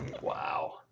Wow